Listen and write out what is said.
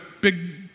big